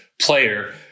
player